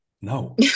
no